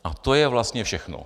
A to je vlastně všechno.